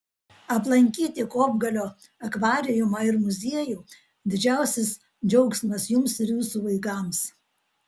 aplankyti kopgalio akvariumą ir muziejų didžiausias džiaugsmas jums ir jūsų vaikams